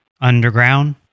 Underground